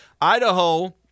Idaho –